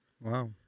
Wow